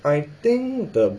I think the